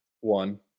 one